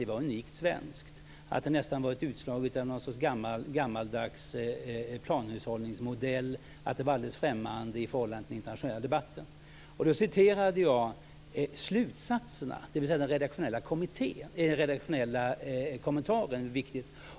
Det framställdes som om det nästan var ett utslag av någon slags gammaldags planhushållningsmodell och alldeles främmande i förhållande till den internationella debatten. Då citerade jag slutsatserna, dvs. den redaktionella kommentaren.